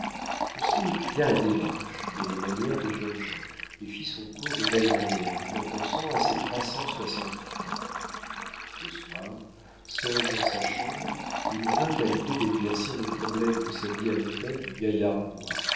lucien étudia la démarche et les manières des jeunes gens et fit son cours de belles manières tout en pensant à ses trois cent soixante francs illustration lucien chardon il se courrouça il devint fier et se mit à écrire la lettre suivante dans le paroxysme de la colère un grand homme de province le soir seul dans sa chambre il lui vint à l'idée d'éclaircir le problème de sa vie à l'hôtel du